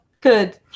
Good